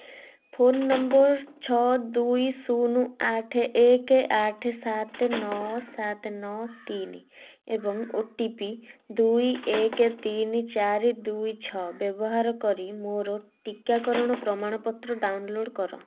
phone number ଛଅ ଦୁଇ ଶୂନ ଆଠ ଏକ ଆଠ ସାତ ନଅ ସାତ ନଅ ତିନି ଏବଂ ଓ ଟି ପି ଦୁଇ ଏକ ତିନି ଚାରି ଛଅ ବ୍ୟବହାର କରି ମୋର ଟିକାକରଣ ପ୍ରମାଣପତ୍ର ଡାଉନଲୋଡ଼୍ କର